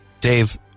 Dave